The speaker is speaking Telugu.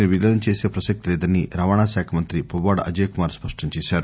ని విలీనం చేసే ప్రసక్తి లేదని రవాణా శాఖమంత్రి పువ్వాడ అజయ్ కుమార్ స్పష్టం చేశారు